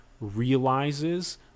realizes